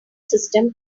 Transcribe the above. system